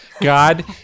god